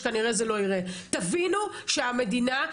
תבינו שהמדינה,